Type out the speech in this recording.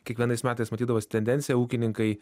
kiekvienais metais matydavosi tendencija ūkininkai